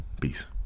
Peace